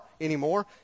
anymore